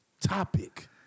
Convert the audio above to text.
topic